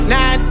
Nine